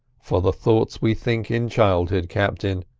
for the thoughts we think in childhood, captain,